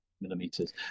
millimeters